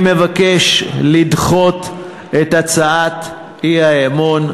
אני מבקש לדחות את הצעת האי-אמון.